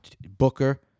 Booker